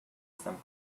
some